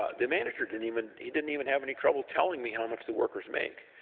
ah the manager didn't even he didn't even have any trouble telling me how much the workers make.